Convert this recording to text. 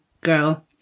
girl